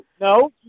No